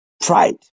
pride